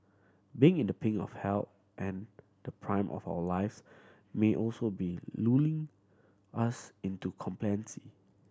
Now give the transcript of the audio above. being in the pink of health and the prime of our lives may also be lulling us into complacency